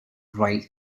right